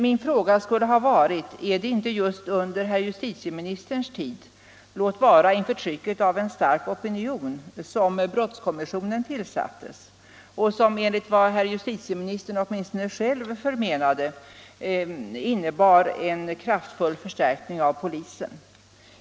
Min fråga skulle ha varit: Är det inte just under herr justitieministerns tid — låt vara inför trycket av en stark opinion — som brottskommissionen tillsattes, vars förslag enligt vad åtminstone herr justitieministern själv förmenade innebar en kraftfull förstärkning av polisen?